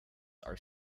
are